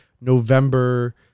November